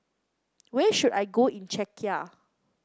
where should I go in Czechia